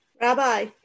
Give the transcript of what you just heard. Rabbi